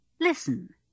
Listen